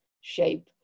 shape